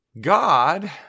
God